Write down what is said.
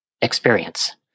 experience